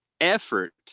effort